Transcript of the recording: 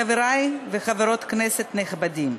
חברי וחברות כנסת נכבדים,